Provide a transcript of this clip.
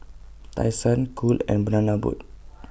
Tai Sun Cool and Banana Boat